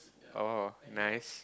oh nice